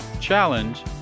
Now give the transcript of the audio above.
challenge